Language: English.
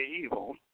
evil